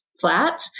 flat